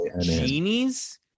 genies